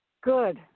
Good